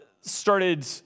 started